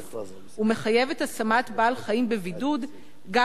ומחייבת את השמת בעל-החיים בבידוד גם